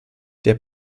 der